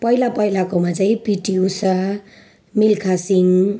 पहिला पहिलाकोमा चाहिँ पिटी उषा मिल्खा सिंह